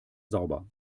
sauber